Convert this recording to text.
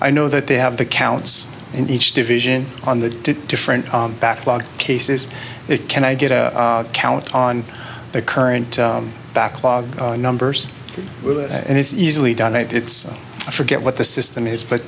i know that they have the counts in each division on the different backlog cases it can i get a count on the current backlog numbers and it's easily done it's i forget what the system is but